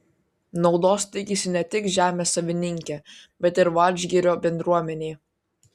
naudos tikisi ne tik žemės savininkė bet ir vadžgirio bendruomenė